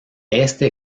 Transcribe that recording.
este